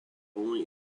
only